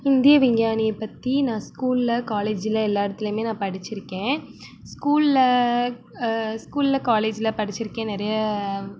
இந்திய விஞ்ஞானியை பற்றி நான் ஸ்கூல்ல காலேஜ்ல எல்லா இடத்துலைமே நான் படிச்சிருக்கேன் ஸ்கூல்ல ஸ்கூல்ல காலேஜ்ல படிச்சிருக்கேன் நிறைய